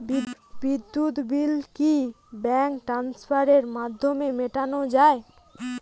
বিদ্যুৎ বিল কি ব্যাঙ্ক ট্রান্সফারের মাধ্যমে মেটানো য়ায়?